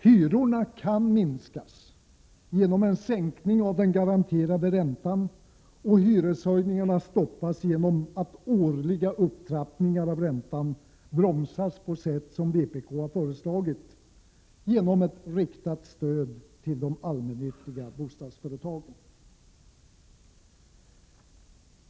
Hyrorna kan minskas genom en sänkning av den garanterade räntan, och hyreshöjningarna kan stoppas genom att årliga upptrappningar av räntan bromsas på sätt som vpk har föreslagit: genom riktat stöd till de allmännyttiga bostadsföretagen.